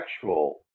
sexual